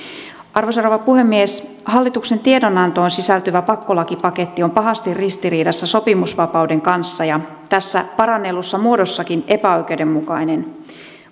arvoisa rouva puhemies hallituksen tiedonantoon sisältyvä pakkolakipaketti on pahasti ristiriidassa sopimusvapauden kanssa ja tässä parannellussa muodossakin epäoikeudenmukainen